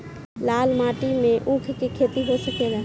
लाल माटी मे ऊँख के खेती हो सकेला?